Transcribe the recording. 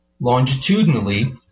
longitudinally